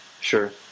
Sure